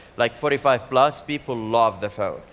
like forty five plus, people love the phone.